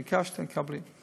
ביקשת, תקבלי.